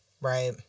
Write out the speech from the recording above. right